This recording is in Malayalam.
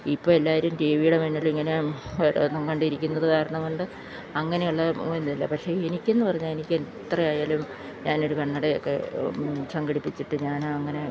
ഇപ്പോള് എല്ലാവരും ടി വിയുടെ മുന്നിലിങ്ങനെ ഓരോന്നും കണ്ടിരിക്കുന്നത് കാരണം കൊണ്ട് അങ്ങനെയുള്ള ഒന്നില്ല പക്ഷേ എനിക്കെന്ന് പറഞ്ഞാല് എനിക്കെത്രയായാലും ഞാനൊരു കണ്ണടയൊക്കെ സംഘടിപ്പിച്ചിട്ട് ഞാനങ്ങനെ